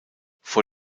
vor